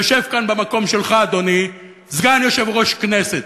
יושב כאן, במקום שלך, אדוני, סגן יושב-ראש כנסת,